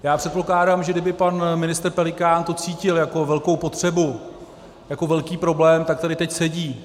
Já předpokládám, že kdyby to pan ministr Pelikán cítil jako velkou potřebu, jako velký problém, tak tady teď sedí.